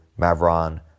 Mavron